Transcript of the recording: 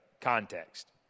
context